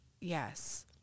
Yes